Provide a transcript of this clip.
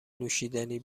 نوشیدنی